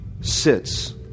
sits